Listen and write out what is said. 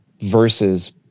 versus